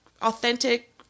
authentic